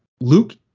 luke